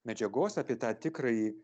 medžiagos apie tą tikrąjį